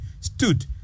stood